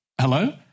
Hello